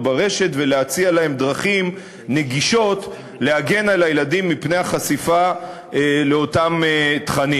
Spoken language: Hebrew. ברשת ולהציע להם דרכים נגישות להגן על הילדים מפני החשיפה לאותם תכנים.